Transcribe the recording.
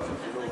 בבקשה.